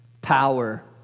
power